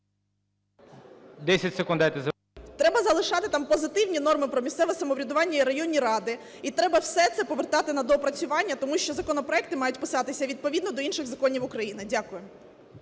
Треба залишати там позитивні норми про місцеве самоврядування і районні ради, і треба все це повертати на доопрацювання, тому що законопроекти мають писатися відповідно до інших законів України. Дякую.